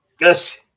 Yes